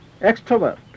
extrovert